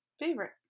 favorite